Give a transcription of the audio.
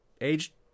age